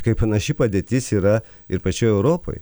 kai panaši padėtis yra ir pačioj europoj